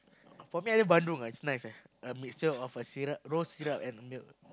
for me I love bandung ah it's nice eh a mixture of a syrup rose syrup and milk